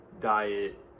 diet